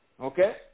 Okay